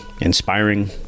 inspiring